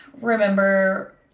remember